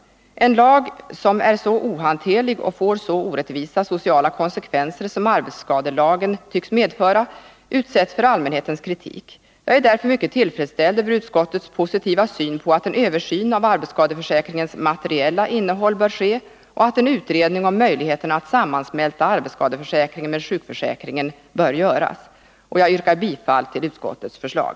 En lag som är så ohanterlig och får så orättvisa sociala konsekvenser som arbetsskadelagen tycks medföra utsätts för allmänhetens kritik. Jag är därför mycket tillfredsställd med utskottets positiva syn på att en översyn av arbetsskadeförsäkringens materiella innehåll bör ske och att en utredning om möjligheterna att sammansmälta arbetsskadeförsäkringen med sjukförsäkringen bör göras. Jag yrkar bifall till utskottets förslag.